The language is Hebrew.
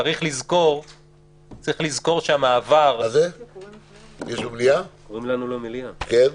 צריך לזכור שהמעבר --- קוראים לנו למליאה, יעקב.